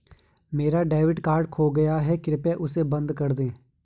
मेरा debit card खो गया है, कृपया उसे बंद कर दें